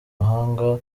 mahanga